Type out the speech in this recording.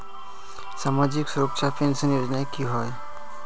सामाजिक सुरक्षा पेंशन योजनाएँ की होय?